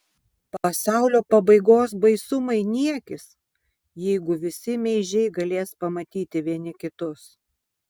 pasaulio pabaigos baisumai niekis jeigu visi meižiai galės pamatyti vieni kitus